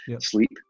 sleep